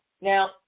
Now